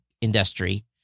industry